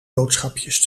boodschapjes